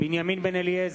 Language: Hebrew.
בנימין בן-אליעזר,